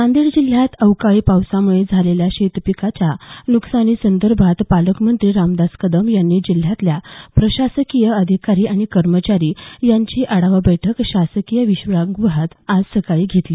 नांदेड जिल्ह्यात अवकाळी पावसामुळे झालेल्या शेतपिकाच्या नुकसानीसंदर्भात पालकमंत्री रामदास कदम यांनी जिल्ह्यातल्या प्रशासकीय अधिकारी आणि कर्मचारी यांची आढावा बैठक शासकीय विश्रामगृहात आज सकाळी घेतली